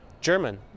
German